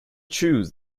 choose